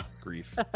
grief